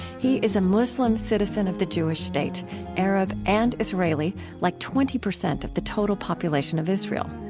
he is a muslim citizen of the jewish state arab and israeli like twenty percent of the total population of israel.